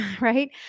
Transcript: right